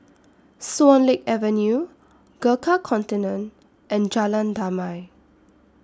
Swan Lake Avenue Gurkha Contingent and Jalan Damai